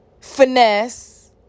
finesse